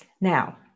Now